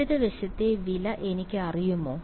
ഇടത് വശത്തെ വില എനിക്കറിയുമോ